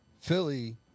Philly